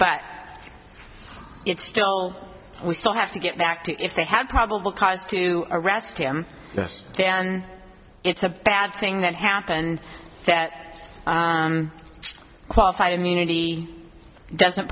but still we still have to get back to if they have probable cause to arrest him yes then it's a bad thing that happened that qualified immunity doesn't